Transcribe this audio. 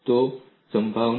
તો સંભવત